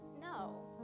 no